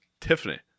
Tiffany